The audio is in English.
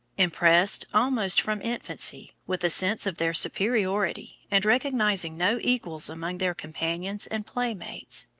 impressed, almost from infancy, with a sense of their superiority, and recognizing no equals among their companions and playmates,